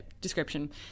description